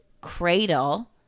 cradle